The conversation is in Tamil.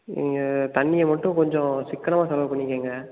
நீங்கள் தண்ணியை மட்டும் கொஞ்சம் சிக்கனமாக செலவு பண்ணிக்கங்க